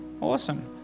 Awesome